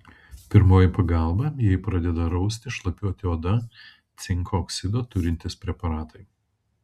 pirmoji pagalba jei pradeda rausti šlapiuoti oda cinko oksido turintys preparatai